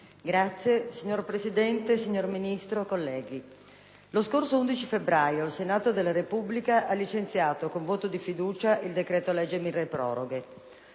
*(PdL)*. Signor Presidente, signor Ministro, colleghi, lo scorso 11 febbraio il Senato della Repubblica ha licenziato con voto di fiducia il decreto‑legge cosiddetto